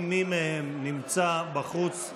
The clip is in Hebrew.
אם מי מהם נמצא בחוץ,